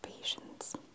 patience